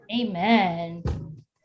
Amen